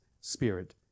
spirit